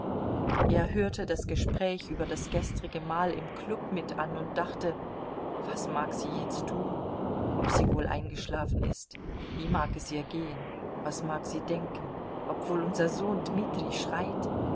er hörte das gespräch über das gestrige mahl im klub mit an und dachte was mag sie jetzt tun ob sie wohl eingeschlafen ist wie mag es ihr gehen was mag sie denken ob wohl unser sohn dmitri schreit